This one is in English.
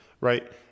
Right